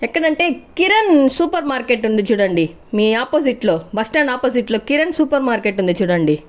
ఎక్కడంటే Kiran super market ఉంది చూడండి మీ ఆపోజిట్లో బస్ స్టాండ్ ఆపోజిట్లో కిరణ్ సూపర్ మార్కెట్ ఉంది చూడండి